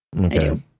okay